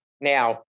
Now